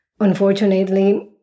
Unfortunately